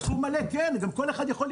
סכום מלא, כן, וגם כל אחד יכול לקנות.